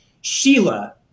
Sheila